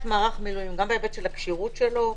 מערך המילואים גם בהיבט של הכשירות שלו,